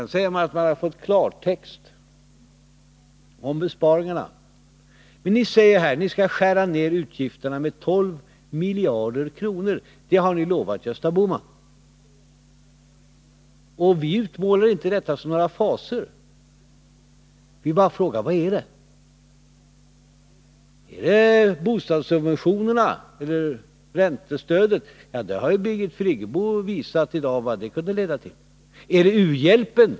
Ni säger att ni talar i klartext om besparingarna. Ni skall skära ner utgifterna med 12 miljarder kronor; det har ni lovat Gösta Bohman. Vi utmålar inte detta som några fasor, vi bara frågar: Vad är det som skall sparas? Är det bostadssubventionerna eller räntestödet? I dag har Birgit Friggebo visat vad det skulle kunna leda till. Är det u-hjälpen? Nej.